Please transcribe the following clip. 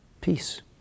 Peace